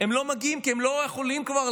הם לא מגיעים, כי הם כבר לא יכולים לעבוד.